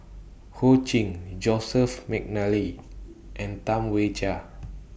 Ho Ching Joseph Mcnally and Tam Wai Jia